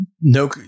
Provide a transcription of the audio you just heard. no